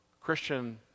Christian